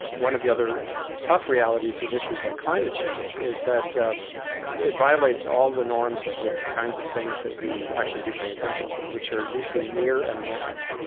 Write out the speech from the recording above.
one of the other tough realities with issues like climate change is that ah it violates all the norms of the kinds of things that we actually do pay attention to, which are usually near and now.